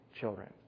children